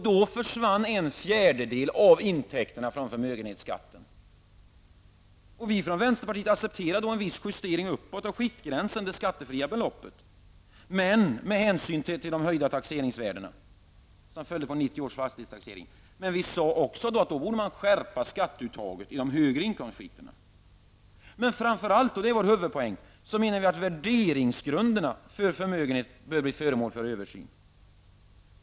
Då försvann en fjärdedel av intäkterna från förmögenhetsskatten. Vi från vänsterpatiet accepterar en viss justering uppåt av gränsen för det skattefria beloppet, detta med hänsyn till de höjda taxeringsvärdena som följde av 1990 års fastighetstaxering. Men vi sade också att man borde skärpa skatteuttaget i de högre inkomstskikten. Men framför allt menar vi, det är vår huvudpoäng, att värderingsgrunderna för förmögenhet bör bli föremål för översyn.